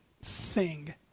sing